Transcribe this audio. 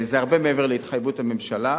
זה הרבה מעבר להתחייבות הממשלה.